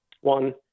one